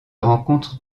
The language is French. rencontre